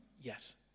yes